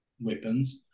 weapons